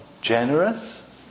generous